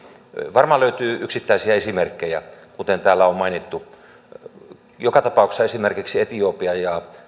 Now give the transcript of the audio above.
varmaan löytyy yksittäisiä esimerkkejä kuten täällä on mainittu joka tapauksessa esimerkiksi etiopia ja